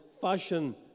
fashion